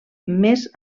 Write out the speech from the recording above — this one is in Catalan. més